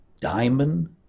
diamond